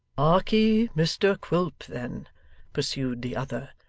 harkee, mr quilp, then pursued the other,